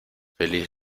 feliz